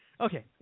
Okay